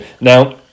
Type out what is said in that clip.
Now